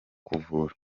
kuvura